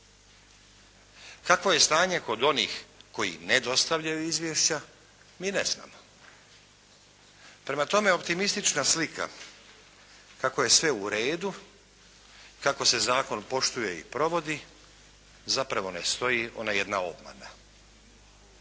Kakvo je stanje kod onih koji ne dostavljaju izvješća mi ne znamo. Prema tome optimistična slika kako je sve u redu, kako se zakon poštuje i provodi zapravo ne stoji, ona je jedna obmana.